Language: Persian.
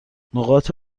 نقاط